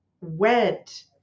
went